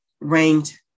ranked